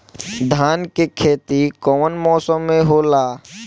धान के खेती कवन मौसम में होला?